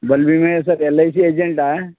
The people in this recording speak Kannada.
ವಿಮೆ ಸರ್ ಎಲ್ ಐ ಸಿ ಏಜೆಂಟಾ